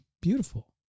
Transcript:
Beautiful